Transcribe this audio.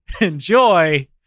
enjoy